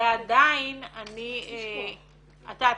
ועדיין אני --- את יודעת,